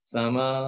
Sama